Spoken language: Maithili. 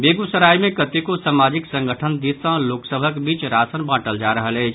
बेगूसराय मे कतेको सामाजिक संगठन दिस सँ लोक सभक बीच राशन बांटल जा रहल अछि